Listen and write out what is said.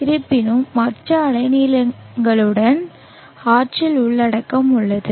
இருப்பினும் மற்ற அலைநீளங்களுடனும் ஆற்றல் உள்ளடக்கம் உள்ளது